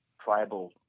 tribal